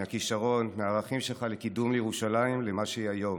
מהכישרון ומהערכים שלך לקידום ירושלים למה שהיא היום,